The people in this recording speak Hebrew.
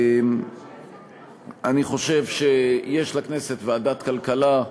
אני חושב שיש לכנסת ועדת כלכלה.